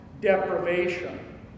deprivation